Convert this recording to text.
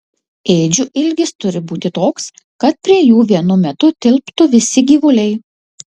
ėdžių ilgis turi būti toks kad prie jų vienu metu tilptų visi gyvuliai